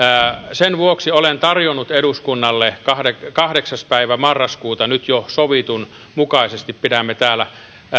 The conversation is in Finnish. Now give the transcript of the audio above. sen vuoksi olen tarjonnut eduskunnalle että kahdeksas päivä marraskuuta nyt jo sovitun mukaisesti pidämme täällä